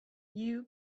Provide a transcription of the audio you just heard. you